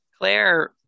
Claire